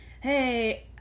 hey